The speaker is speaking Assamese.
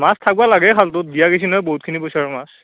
মাছ থাকবা লাগে খালটোত দিয়া গেইছি নহয় বহুতখিনি পইচাৰ মাছ